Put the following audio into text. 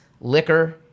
liquor